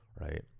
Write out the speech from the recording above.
right